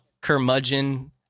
curmudgeon